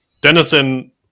dennison